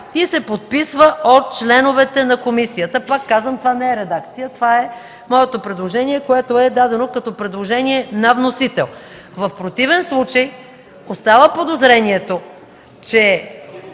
„и се подписва от членовете на комисията”. Пак казвам – това не е редакция. Това е моето предложение, дадено като предложение на вносител. В противен случай остава подозрението, че